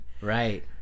right